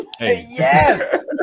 yes